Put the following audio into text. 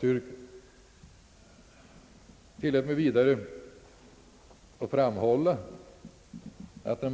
Tillåt mig vidare med anledning